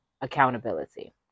accountability